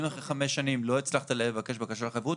אם אחרי חמש שנים לא הצלחת לבקש בקשה לחברות,